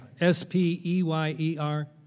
S-P-E-Y-E-R